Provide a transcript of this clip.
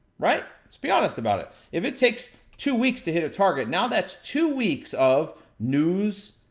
right? let's be honest about it. if it takes two weeks to hit a target, now, that's two weeks of news,